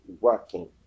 working